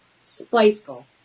spiteful